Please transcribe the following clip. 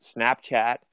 Snapchat